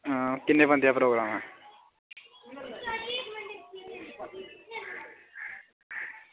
अं किन्ने बंदे दा प्रोग्राम ऐ आ